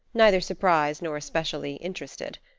neither surprised nor especially interested.